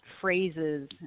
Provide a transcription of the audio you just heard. phrases